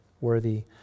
worthy